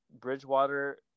Bridgewater